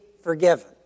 forgiven